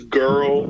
girl